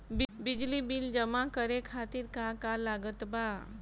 बिजली बिल जमा करे खातिर का का लागत बा?